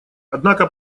однако